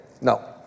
No